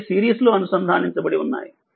అన్నీ సిరీస్లో అనుసంధానించబడి ఉన్నాయి